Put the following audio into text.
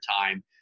time